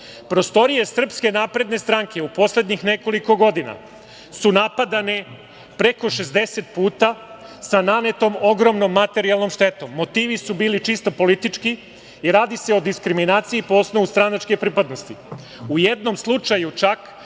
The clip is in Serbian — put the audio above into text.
Prostorije Srpske napredne stranke u poslednjih nekoliko godina su napadane preko 60 puta, sa nanetom ogromnom materijalnom štetom. Motivi su bili čisto politički i radi se o diskriminaciji po osnovu stranačke pripadnosti.